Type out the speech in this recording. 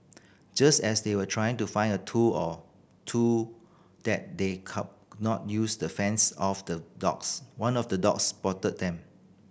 just as they were trying to find a tool or two that they not use to fends off the dogs one of the dogs spotted them